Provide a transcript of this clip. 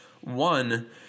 One